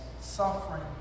suffering